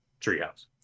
treehouse